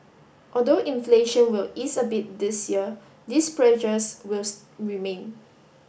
although inflation will ease a bit this year these pressures remain